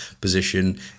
position